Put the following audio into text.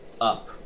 up